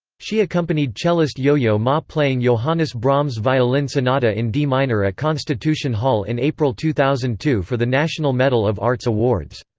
she accompanied cellist yo-yo ma playing johannes brahms' violin sonata in d minor at constitution hall in april two thousand and two for the national medal of arts awards.